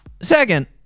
Second